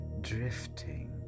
drifting